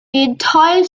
entire